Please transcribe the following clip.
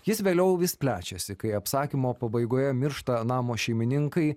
jis vėliau vis plečiasi kai apsakymo pabaigoje miršta namo šeimininkai